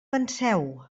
penseu